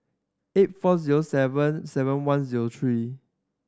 eight four zero seven seven one zero three